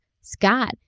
Scott